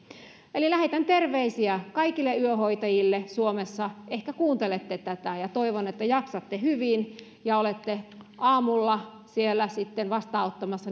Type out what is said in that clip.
eli lähetän terveisiä kaikille yöhoitajille suomessa ehkä kuuntelette tätä toivon että jaksatte hyvin ja olette aamulla siellä vastaanottamassa